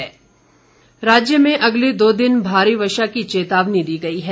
मौसम राज्य में अगले दो दिन भारी वर्षा की चेतावनी दी गई है